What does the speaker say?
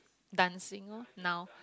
dancing orh now